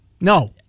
No